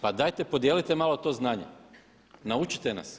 Pa dajte podijelite malo to znanje, naučite nas.